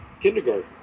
kindergarten